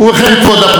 או מורכבות,